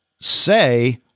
say